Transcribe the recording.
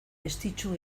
estitxu